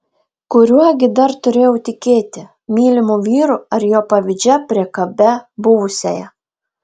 kuriuo gi dar turėjau tikėti mylimu vyru ar jo pavydžia priekabia buvusiąja